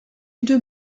une